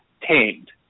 tamed